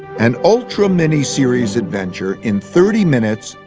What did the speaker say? an ultra mini-series adventure in thirty minutes,